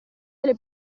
delle